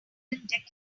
abandoned